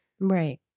Right